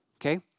Okay